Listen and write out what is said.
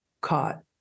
caught